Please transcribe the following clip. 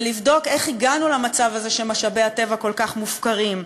ולבדוק איך הגענו למצב הזה שמשאבי הטבע כל כך מופקרים.